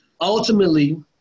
ultimately